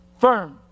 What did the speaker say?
firm